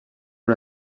amb